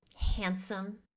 handsome